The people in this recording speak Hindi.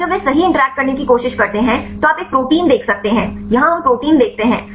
अब जब वे सही इंटरैक्ट करने की कोशिश करते हैं तो आप एक प्रोटीन देख सकते हैं यहाँ हम प्रोटीन देखते हैं